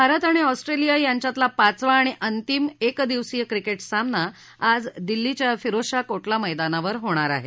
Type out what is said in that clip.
भारत आणि ऑस्ट्रेलिया यांच्यातला पाचवा आणि अंतिम एक दिवसीय क्रिकेट सामना आज दिल्लीच्या फिरोजशाह कोटला मैदानावर होणार आहे